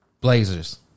Blazers